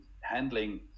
handling